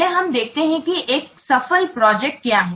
पहले हम देखते हैं कि एक सफल प्रोजेक्ट क्या है